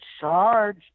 charge